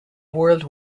world